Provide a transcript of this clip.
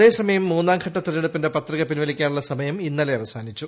അതേസമയം മൂന്നാംഘട്ടൂ ്ത്ൽഞ്ഞെടുപ്പിന്റെ പത്രിക പിൻവലിക്കാനുള്ള സമയം ഇന്നലെ അവസ്മൃതിച്ചു